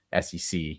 SEC